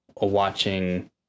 watching